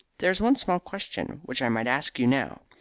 there is one small question which i might ask you now.